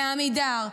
מעמידר,